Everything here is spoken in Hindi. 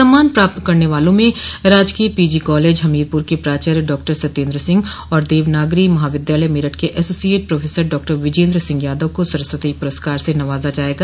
सम्मान प्राप्त करने वालों में राजकीय पीजी कॉलेज हमीरपुर के प्राचार्य डॉक्टर सत्येन्द्र सिंह और देवनागरी महाविद्यालय मेरठ के associate professor doctor Vijendra Singh Yadav को सरस्वती पुरस्कार से नवाजा जायेगा